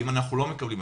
ואם אנחנו לא מקבלים,